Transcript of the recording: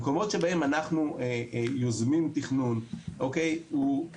המקומות שבהם אנחנו יוזמים תכנון אלה